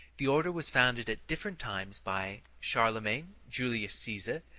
the order was founded at different times by charlemagne, julius caesar,